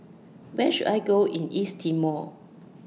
Where should I Go in East Timor